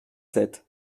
sept